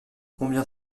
combien